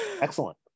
Excellent